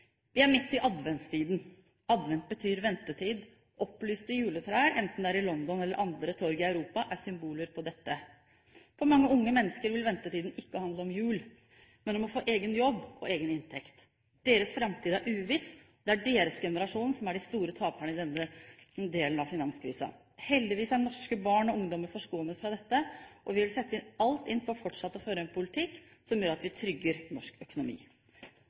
Vi er midt i adventstiden. Advent betyr ventetid. Opplyste juletrær, enten det er i London eller på andre torg i Europa, er symboler på dette. For mange unge mennesker vil ventetiden ikke handle om jul, men om å få egen jobb og egen inntekt. Deres framtid er uviss. Det er deres generasjon som er de store taperne i denne delen av finanskrisen. Heldigvis er norske barn og ungdommer forskånet fra dette, og vi vil sette alt inn på fortsatt å føre en politikk som gjør at vi trygger norsk økonomi.